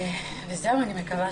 אני מקווה